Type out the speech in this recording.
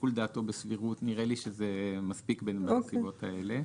שיקול דעתו בסבירות - נראה לי שזה מספיק בנסיבות האלה.